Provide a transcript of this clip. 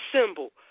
symbol